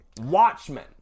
Watchmen